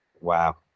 Wow